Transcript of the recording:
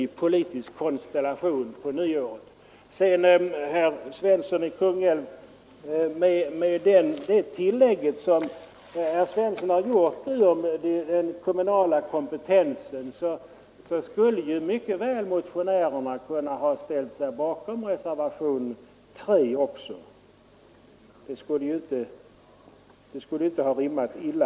Efter nyåret kommer som bekant en ny politisk konstellation. Med det tillägg som herr Svensson i Kungälv gjort om den kommunala kompetensen skulle motionärerna mycket väl också ha kunnat ställa sig bakom reservationen 3. Det skulle inte på något sätt ha rimmat illa.